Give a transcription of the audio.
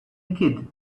kid